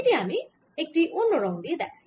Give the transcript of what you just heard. এটি আমি একটি অন্য রঙ দিয়ে দেখাই